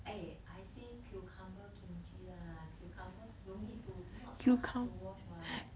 eh I say cucumber kimchi lah cucumbers no need to not so hard to wash [what]